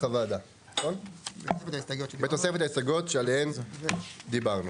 הוועדה בתוספת ההסתייגויות שעליהן דיברנו.